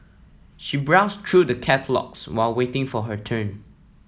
she browsed through the catalogues while waiting for her turn